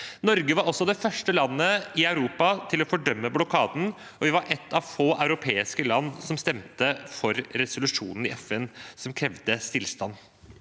Norge var også det første landet i Europa til å fordømme blokaden, og vi var et av få europeiske land som stemte for resolusjonen i FN som krevde stillstand